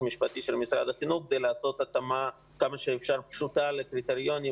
המשפטי של משרד החינוך כדי לעשות התאמה כמה שאפשר פשוטה לקריטריונים,